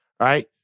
right